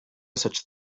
such